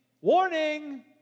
warning